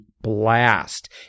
blast